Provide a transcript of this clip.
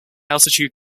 altitude